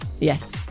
yes